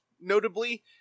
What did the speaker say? notably